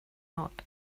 not